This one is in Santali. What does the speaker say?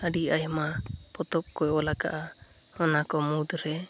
ᱟᱹᱰᱤ ᱟᱭᱢᱟ ᱯᱚᱛᱚᱵᱠᱚᱭ ᱚᱞ ᱟᱠᱟᱫᱟ ᱚᱱᱟᱠᱚ ᱢᱩᱫᱽᱨᱮ